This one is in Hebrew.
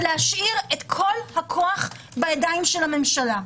זה להשאיר את כל הכוח בידי הממשלה.